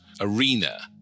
arena